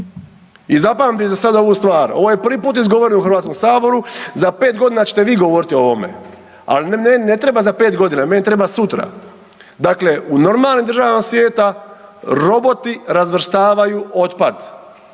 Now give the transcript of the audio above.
I zapamtite sada ovu stvar, ovo je prvi put izgovoreno u HS, za 5.g. ćete vi govoriti o ovome, ali meni ne treba za 5.g., meni treba sutra. Dakle, u normalnim državama svijeta roboti razvrstavaju otpad,